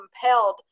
compelled